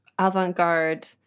avant-garde